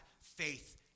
faith